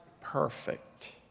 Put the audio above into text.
perfect